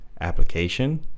application